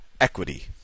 equity